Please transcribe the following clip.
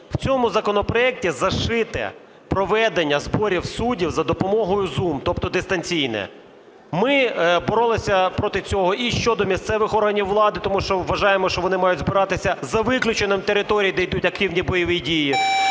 в цьому законопроекті зашите проведення зборів суддів за допомогою Zoom, тобто дистанційне. Ми боролися проти цього і щодо місцевих органів влади, тому що вважаємо, що вони мають збиратися за виключенням територій, де ідуть активні бойові дії.